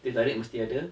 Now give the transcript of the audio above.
teh tarik mesti ada